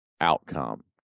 outcome